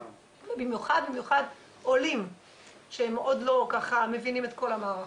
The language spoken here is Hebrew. במיוחד במיוחד עולים שהם מאוד לא מבינים את כל המערכות.